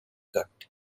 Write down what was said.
cut